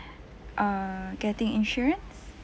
err getting insurance